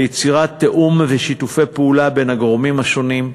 ליצירת תיאום ושיתופי פעולה בין הגורמים השונים,